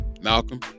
Malcolm